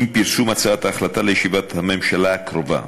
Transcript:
עם פרסום הצעת ההחלטה לישיבת הממשלה הקרובה,